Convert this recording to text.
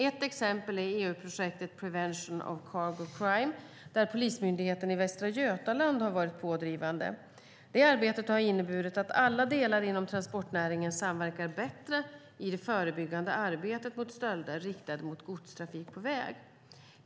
Ett exempel är EU-projektet Prevention of Cargo Crime där Polismyndigheten i Västra Götaland har varit pådrivande. Det arbetet har inneburit att alla delar inom transportnäringen samverkar bättre i det förebyggande arbetet mot stölder riktade mot godstrafik på väg.